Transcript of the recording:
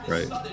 Right